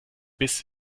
biss